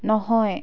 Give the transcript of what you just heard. নহয়